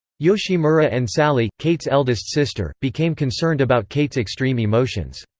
yoshimura and sally, kate's eldest sister, became concerned about kate's extreme emotions.